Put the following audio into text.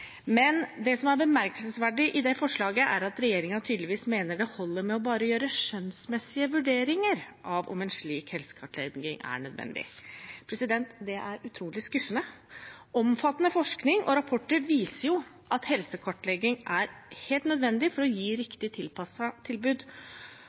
Det som er bemerkelsesverdig i det forslaget, er at regjeringen tydeligvis mener det holder med bare å gjøre skjønnsmessige vurderinger av om en slik helsekartlegging er nødvendig. Det er utrolig skuffende. Omfattende forskning og rapporter viser jo at helsekartlegging er helt nødvendig for å gi